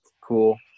cool